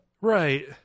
Right